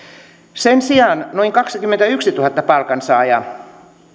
sen sijaan noin kaksikymmentätuhatta palkansaajaa